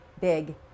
big